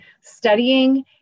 studying